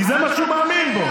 כי זה מה שהוא מאמין בו.